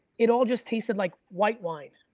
it all just tasted like white wine,